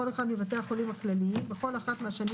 משרד הבריאות העלה את זה כמה פעמים וגם משרד